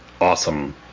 awesome